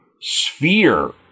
sphere